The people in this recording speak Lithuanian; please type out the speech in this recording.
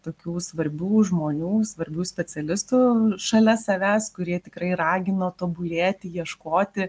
tokių svarbių žmonių svarbių specialistų šalia savęs kurie tikrai ragino tobulėti ieškoti